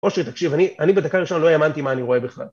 אושר תקשיב, אני, אני בדקה הראשונה לא האמנתי מה אני רואה בכלל